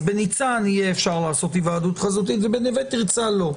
בניצן יהיה אפשר לעשות היוועדות חזותית ובנוה תרצה לא,